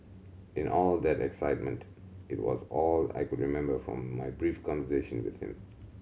in all that excitement it was all I could remember from my brief conversation with him